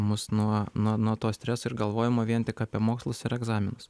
mus nuo nuo nuo to streso ir galvojama vien tik apie mokslus ir egzaminus